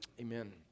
Amen